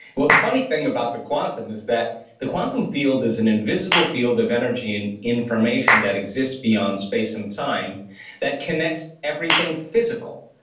well, the funny thing about the quantum is that the quantum field is an invisible field of energy and information that exists beyond space and time that connects everything physical.